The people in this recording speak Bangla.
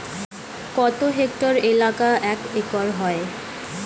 কত হেক্টর এলাকা এক একর হয়?